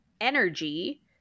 energy